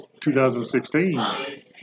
2016